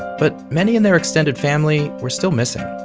but many in their extended family were still missing